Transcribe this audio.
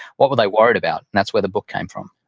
what with a worried about? that's where the book came from